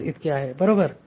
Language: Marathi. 5 इतकी आहे बरोबर